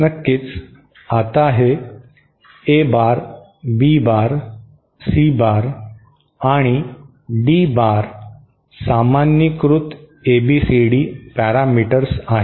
नक्कीच आता हे A bar B bar C bar आणि डी बार सामान्यीकृत एबीसीडी पॅरामीटर्स आहेत